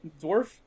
dwarf